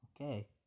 Okay